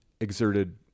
exerted